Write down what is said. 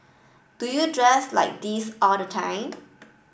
do you dress like this all the time